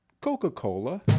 Coca-Cola